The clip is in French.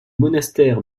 monastère